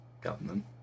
Government